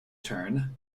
turn